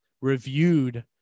reviewed